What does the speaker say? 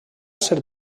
ser